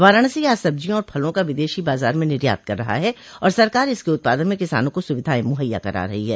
वाराणसी आज सब्जियों और फलों का विदशी बाजार में निर्यात कर रहा है और सरकार इसके उत्पादन में किसानों को सुविधाएं मुहैया करा रही है